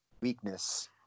weakness